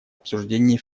обсуждений